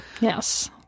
Yes